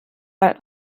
weil